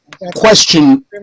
Question